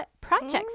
projects